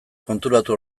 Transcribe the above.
konturatu